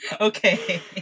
Okay